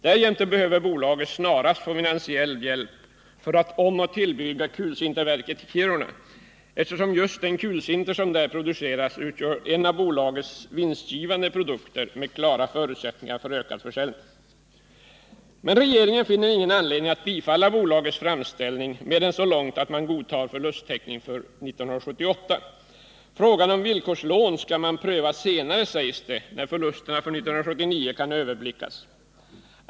Därjämte behöver bolaget snarast få finansiell hjälp för att omoch tillbygga kulsinterverket i Kiruna, eftersom just den kulsinter som där produceras utgör en av bolagets vinstgivande produkter med klara förutsättningar för ökad försäljning. Men regeringen finner ingen anledning att bifalla bolagens framställningar mer än så långt att man godtar förlusttäckning för 1978. Frågan om villkorslånet skall man pröva senare, sägs det, när förlusten för 1979 kan överblickas.